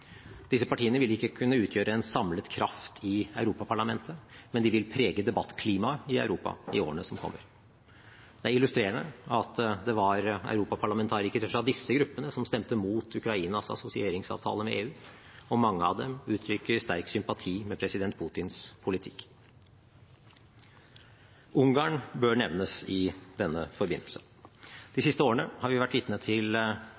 Disse partiene vil ikke kunne utgjøre en samlet kraft i Europaparlamentet, men de vil prege debattklimaet i Europa i årene som kommer. Det er illustrerende at det var europaparlamentarikere fra disse gruppene som stemte mot Ukrainas assosieringsavtale med EU, og mange av dem uttrykker sterk sympati med president Putins politikk. Ungarn bør nevnes i den forbindelse. De siste årene har vi vært vitne til